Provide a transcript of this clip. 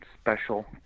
Special